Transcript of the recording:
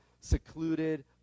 secluded